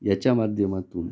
याच्या माध्यमातून